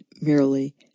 merely